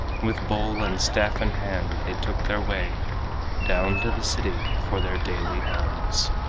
with bowl and staff in hand they took their way down to the city for their daily alms.